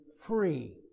free